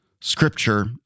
scripture